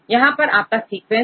यहां पर आपका सीक्वेंस है